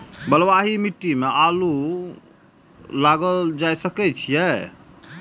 बलवाही मिट्टी में आलू लागय सके छीये?